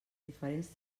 diferents